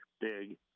big